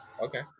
Okay